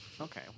Okay